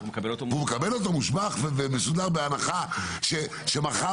הוא מקבל אותו מושבח ומסודר בהנחה שמחר